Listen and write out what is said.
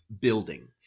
building